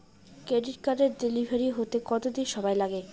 Credit কার্ডের delivery হতে কতদিন সময় লাগে?